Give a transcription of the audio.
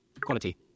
Quality